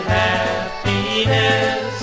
happiness